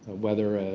whether,